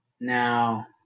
Now